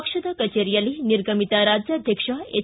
ಪಕ್ಷದ ಕಚೇರಿಯಲ್ಲಿ ನಿರ್ಗಮಿತ ರಾಜ್ಕಾಧ್ಯಕ್ಷ ಎಚ್